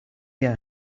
year